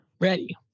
Ready